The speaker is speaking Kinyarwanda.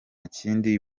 kindi